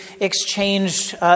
exchanged